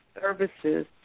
services